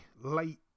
late